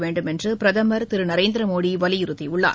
வேண்டும் என்று பிரதமர் திரு நரேந்திர மோடி வலியுறுத்தியுள்ளார்